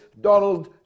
Donald